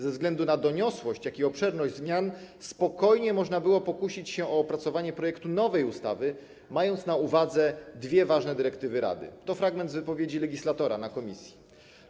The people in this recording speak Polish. Ze względu na doniosłość i obszerność zmian spokojnie można było pokusić się o opracowanie projektu nowej ustawy, mając na uwadze dwie ważne dyrektywy Rady - to fragment wypowiedzi legislatora na posiedzeniu komisji.